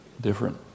different